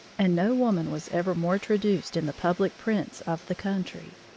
and no woman was ever more traduced in the public prints of the country.